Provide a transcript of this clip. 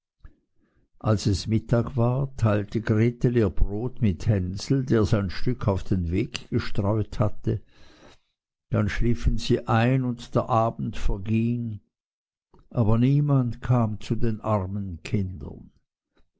als es mittag war teilte gretel ihr brot mit hänsel der sein stück auf den weg gestreut hatte dann schliefen sie ein und der abend verging aber niemand kam zu den armen kindern